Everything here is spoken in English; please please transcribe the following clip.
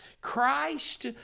Christ